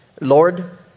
Lord